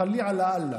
ח'ליהא לאללה.